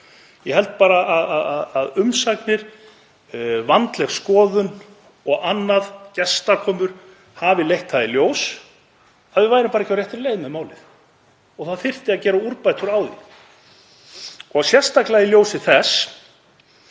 Ég held bara að umsagnir, vandleg skoðun og annað, gestakomur, hafi leitt það í ljós að við værum ekki á réttri leið með málið og það þyrfti að gera úrbætur á því. Sérstaklega í ljósi þess